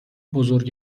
بزرگ